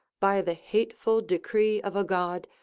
by the hateful decree of a god,